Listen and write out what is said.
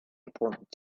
importance